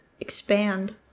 expand